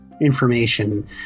information